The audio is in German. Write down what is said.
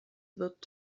wird